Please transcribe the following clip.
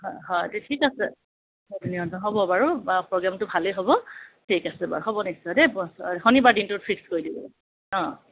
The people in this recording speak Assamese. হয় হয় তে ঠিক আছে হ'ব বাৰু প্ৰগ্ৰেমটো ভালেই হ'ব ঠিক আছে বাৰু হ'ব নিশ্চয় দেই শনিবাৰ দিনটোত ফিক্স কৰি দিওঁ অঁ